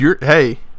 Hey